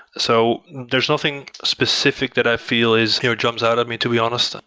so there's nothing specific that i feel is here jumps out at me, to be honest.